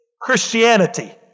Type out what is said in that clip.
Christianity